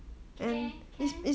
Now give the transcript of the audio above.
K can